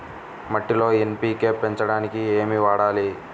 మట్టిలో ఎన్.పీ.కే పెంచడానికి ఏమి వాడాలి?